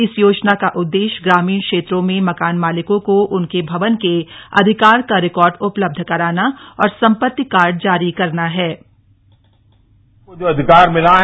इस योजना का उद्देश्य ग्रामीण क्षेत्रों में मकान मालिकों को उनके भवन के अधिकार का रिकॉर्ड उपलब्ध कराना और सम्पत्ति कार्ड जारी करना है